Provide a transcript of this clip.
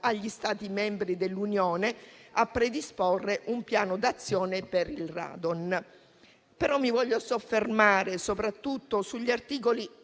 gli Stati membri dell'Unione a predisporre un piano d'azione per il radon. Io, però, mi voglio soffermare soprattutto sugli articoli